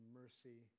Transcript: mercy